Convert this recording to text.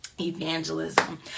Evangelism